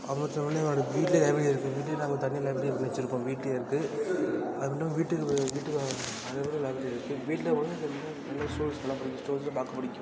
அது மட்டும் இல்லாமல் என்னோடய வீட்டிலே லைப்ரரி இருக்கங்காட்டி நாங்கள் தனியாக லைப்ரரி ஒன்று வச்சிருப்போம் வீட்டிலே இருக்குது அது மட்டும் இல்லாமல் வீட்டு வீட்டு லைப்ரரி இருக்குது வீட்டிலே கூட நிறைய ஸ்டோரிஸ்லாம் ஸ்டோரிஸ்லாம் பார்க்க பிடிக்கும்